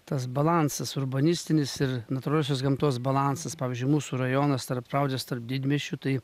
tas balansas urbanistinis ir natūraliosios gamtos balansas pavyzdžiui mūsų rajonas tarp spraudžias tarp didmiesčių tai